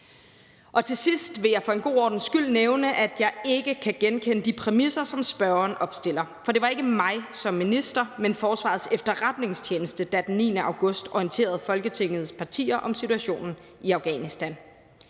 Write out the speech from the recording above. Til sidst vil jeg for en god ordens skyld nævne, at jeg ikke kan genkende de præmisser, som spørgerne opstiller, for det var ikke mig som minister, men Forsvarets Efterretningstjeneste, der den 9. august orienterede Folketingets partier om situationen i Afghanistan.